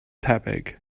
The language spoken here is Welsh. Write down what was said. tebyg